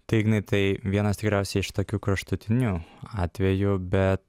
tai ignai tai vienas tikriausiai iš tokių kraštutinių atvejų bet